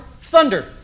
thunder